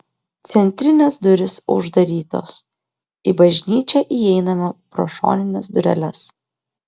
centrinės durys uždarytos į bažnyčią įeinama pro šonines dureles